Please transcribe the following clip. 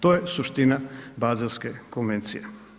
To je suština Bazelske konvencije.